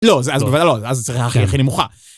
לא, אז בוודאי לא, אז זה צריך להיות הכי נמוכה.